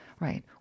Right